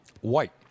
white